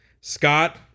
Scott